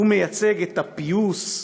הוא מייצג את הפיוס.